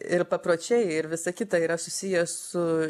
ir papročiai ir visa kita yra susiję su